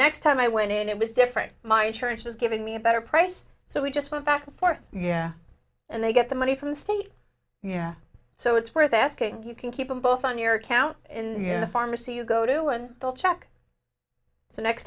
next time i went in it was different my insurance was giving me a better price so we just went back and forth and they get the money from the state so it's worth asking you can keep them both on your account in the pharmacy you go to and they'll check the next